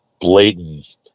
blatant